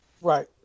Right